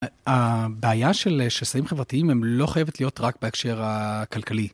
הבעיה של שסעים חברתיים הם לא חייבת להיות רק בהקשר הכלכלי.